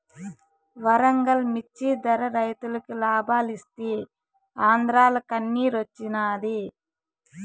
వరంగల్ మిచ్చి ధర రైతులకి లాబాలిస్తీ ఆంద్రాల కన్నిరోచ్చినాది